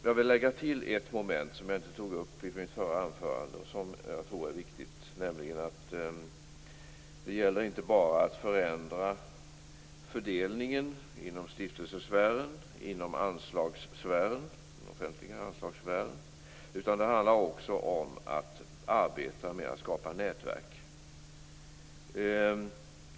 Jag vill därför lägga till ett moment som jag inte tog upp i mitt förra anförande och som jag tror är viktigt, nämligen att det inte bara gäller att förändra fördelningen inom stiftelsesfären, inom den offentliga anslagssfären, utan att det också handlar om att skapa nätverk.